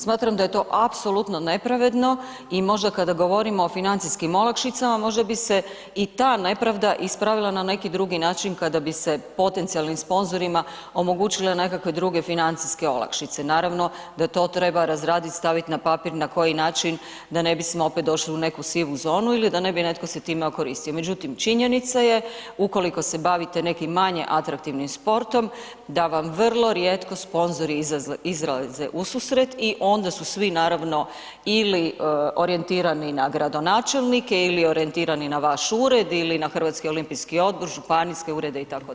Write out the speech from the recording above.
Smatram da je to apsolutno nepravedno i možda kada govorimo o financijskim olakšicama, možda bi se i ta nepravda ispravila na neki drugi način kada bi se potencijalnim sponzorima omogućile nekakve druge financijske olakšice, naravno da to treba razraditi, stavit na papir na koji način da ne bismo opet došli u neku sivu ili da bi netko time se okoristio, međutim činjenica je ukoliko se bavite manje atraktivnim sportom da vam vrlo rijetko sponzori izlaze ususret i onda su svi naravno ili orijentirani na gradonačelnike ili orijentirani na vaš ured ili na HOO, županijske urede itd.